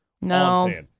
No